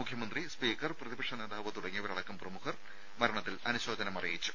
മുഖ്യമന്ത്രി സ്പീക്കർ പ്രതിപക്ഷ നേതാവ് തുടങ്ങിയവരട്ടം പ്രമുഖർ മരണത്തിൽ അനുശോചനം അറിയിച്ചു